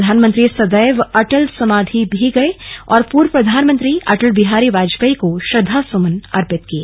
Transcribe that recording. प्रधानमंत्री सदैव अटल समाधि भी गये और पूर्व प्रधानमंत्री अटल बिहारी वाजपेयी को श्रद्दासुमन अर्पित किये